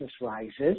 rises